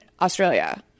Australia